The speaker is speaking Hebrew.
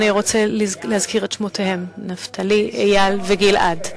אני רוצה להזכיר את שמותיהם: נפתלי, איל וגיל-עד.